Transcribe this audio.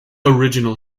original